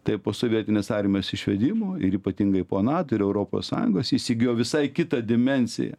tai po sovietinės armijos išvedimo ir ypatingai po nato ir europos sąjungos jis įgijo visai kitą dimensiją